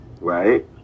right